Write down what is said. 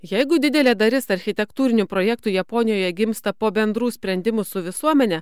jeigu didelė dalis architektūrinių projektų japonijoje gimsta po bendrų sprendimų su visuomene